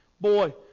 Boy